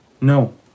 No